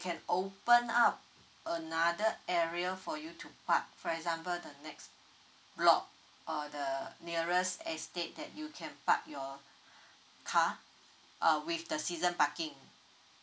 can open up another area for you to park for example the next block or the nearest estate that you can park your car uh with the season parking